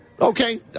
Okay